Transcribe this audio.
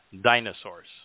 dinosaurs